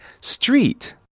Street 。